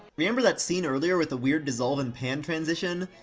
remember that scene earlier with the weird dissolve-and-pan transition?